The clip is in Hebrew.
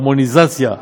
הרמוניזציה,